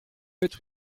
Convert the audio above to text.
être